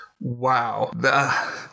Wow